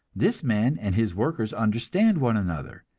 this man and his workers understand one another.